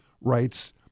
rights